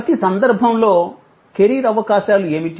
ప్రతి సందర్భంలో కెరీర్ అవకాశాలు ఏమిటి